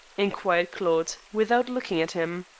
inquired claude, without looking at him.